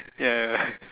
ya ya